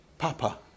Papa